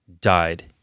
died